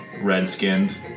red-skinned